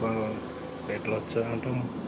ఎట్ల వచ్చేది అంటాం